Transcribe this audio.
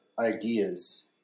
ideas